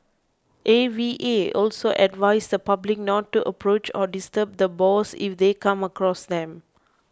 A V A also advised the public not to approach or disturb the boars if they come across them